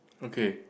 okay